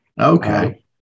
Okay